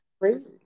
crazy